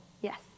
Yes